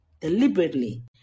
deliberately